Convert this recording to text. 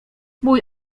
mój